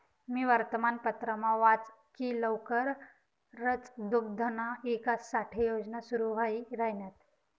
मी वर्तमानपत्रमा वाच की लवकरच दुग्धना ईकास साठे योजना सुरू व्हाई राहिन्यात